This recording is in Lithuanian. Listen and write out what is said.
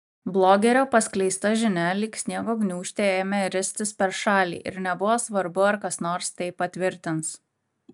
blogerio paskleista žinia lyg sniego gniūžtė ėmė ristis per šalį ir nebuvo svarbu ar kas nors tai patvirtins